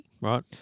Right